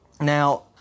Now